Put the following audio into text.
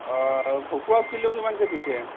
অঁ ভকুৱা কিলো কিমানকৈ দিছে